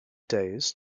days